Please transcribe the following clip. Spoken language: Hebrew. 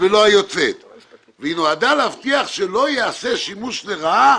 ולא היוצאת והיא נועדה להבטיח שלא יעשה שימוש ברעה